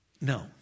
No